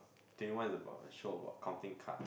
twenty one is about a show about counting card